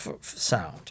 sound